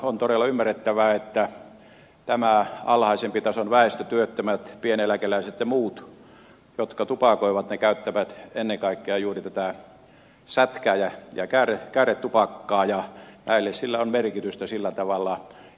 on todella ymmärrettävää että tämä alhaisemman tason väestö työttömät pieneläkeläiset ja muut jotka tupakoivat käyttää ennen kaikkea juuri tätä sätkää ja kääretupakkaa ja näille sillä on merkitystä sillä tavalla